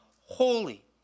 holy